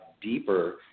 deeper